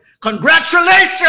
Congratulations